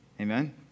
amen